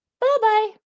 bye-bye